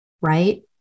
right